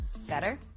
Better